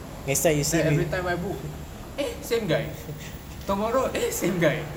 then everytime I book eh same guy tomorrow eh same guy